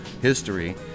history